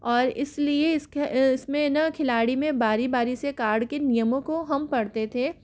और इसलिए इसके इसमें ना खिलाड़ी में बारी बारी से कार्ड के नियमों को हम पढ़ते थे